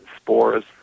spores